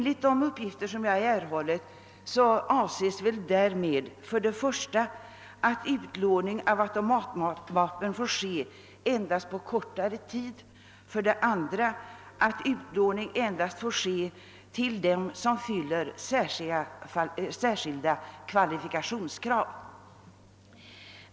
Enligt de uppgifter jag inhämtat avses väl därmed för det första att utlåning av automatvapen endast får ske för kortare tid och för det andra att sådan utlåning endast får förekomma till den som fyller särskilda kvalifikationskrav.